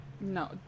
No